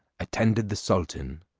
attended the sultan,